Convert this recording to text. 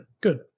Good